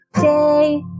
day